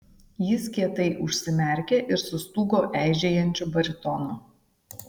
jis kietai užsimerkė ir sustūgo eižėjančiu baritonu